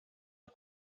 aux